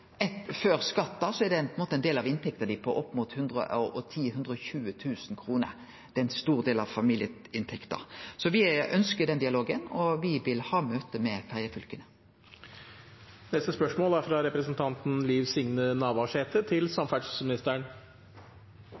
er det ein del av inntekta på opp mot 110 000–120 000 kr, ein stor del av familieinntekta. Så me ønskjer den dialogen, og me vil ha møte med ferjefylka. Eg vil stille følgjande spørsmål